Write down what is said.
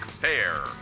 Fair